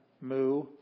mu